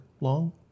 long